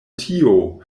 tio